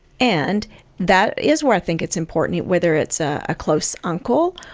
and that is where i think it's important, whether it's a close uncle,